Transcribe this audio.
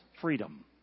freedom